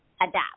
adapt